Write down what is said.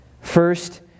First